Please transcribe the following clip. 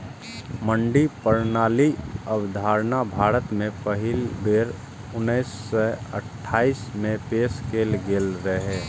मंडी प्रणालीक अवधारणा भारत मे पहिल बेर उन्नैस सय अट्ठाइस मे पेश कैल गेल रहै